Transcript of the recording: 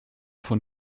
von